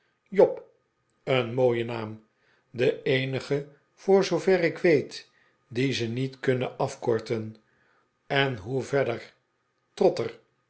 job een mooie naam de eenige voor zoover ik weet dien ze niet kunnen afkorten en hoe verder